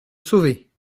sauver